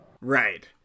Right